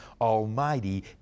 Almighty